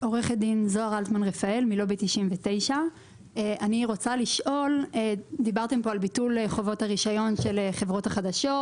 אני מלובי 99. דיברתם פה על ביטול חובות הרישיון של חברות החדשות,